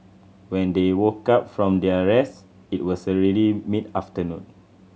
when they woke up from their rest it was already mid afternoon